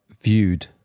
viewed